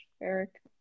Eric